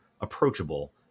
approachable